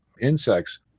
insects